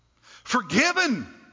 Forgiven